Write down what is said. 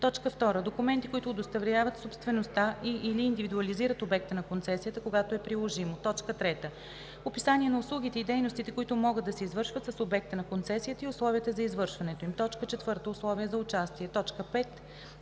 му; 2. документи, които удостоверяват собствеността и/или индивидуализират обекта на концесията, когато е приложимо; 3. описание на услугите и дейностите, които могат да се извършват с обекта на концесията, и условията за извършването им; 4. условия за участие; 5.